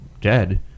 dead